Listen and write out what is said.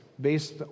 based